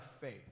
faith